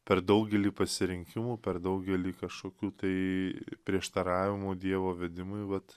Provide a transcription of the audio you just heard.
per daugelį pasirinkimų per daugelį kašokių tai prieštaravimų dievo vedimui vat